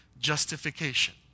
justification